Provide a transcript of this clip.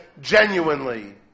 genuinely